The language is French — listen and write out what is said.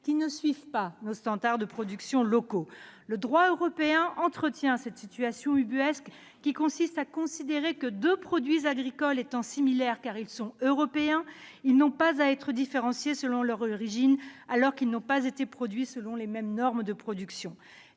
qui ne suivent pas nos standards de production. Le droit européen entretient cette situation ubuesque qui consiste à considérer que deux produits agricoles sont similaires dès lors qu'ils sont européens et qu'ils n'ont donc pas à être différenciés selon leur origine, alors qu'ils n'ont pas été produits selon les mêmes normes.